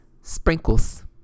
Sprinkles